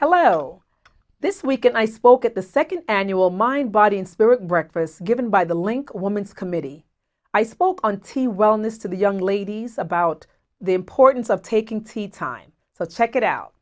hello this weekend i woke at the second annual mind body and spirit breakfast given by the link woman's committee i spoke on the wellness to the young ladies about the importance of taking tea time let's check it out